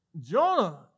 Jonah